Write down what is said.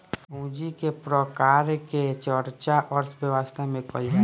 पूंजी के प्रकार के चर्चा अर्थव्यवस्था में कईल जाला